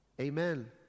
Amen